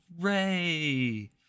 Hooray